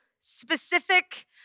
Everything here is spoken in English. specific